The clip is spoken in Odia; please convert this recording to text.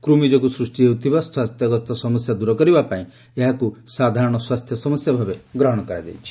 କୃମି ଯୋଗୁଁ ସ୍ପଷ୍ଟି ହେଉଥିବା ସ୍ୱାସ୍ଥ୍ୟଗତ ସମସ୍ୟା ଦୂର କରିବାପାଇଁ ଏହାକୁ ସାଧାରଣ ସ୍ୱାସ୍ଥ୍ୟ ସମସ୍ୟା ଭାବେ ଗ୍ରହଣ କରାଯାଇଛି